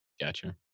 Gotcha